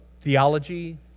theology